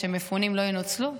שמפונים לא ינוצלו?